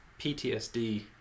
PTSD